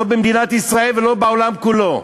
לא במדינת ישראל ולא בעולם כולו,